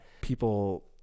people